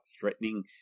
threatening